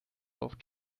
love